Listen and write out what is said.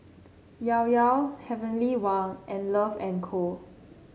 Llao Llao Heavenly Wang and Love and Co